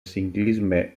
ciclisme